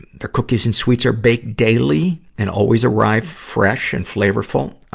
their cookies and sweets are baked daily, and always arrive fresh and flavorful.